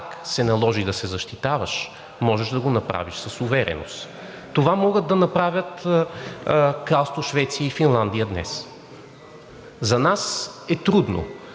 пак се наложи да се защитаваш, можеш да го направиш с увереност. Това могат да направят Кралство Швеция и Финландия днес. За нас е трудно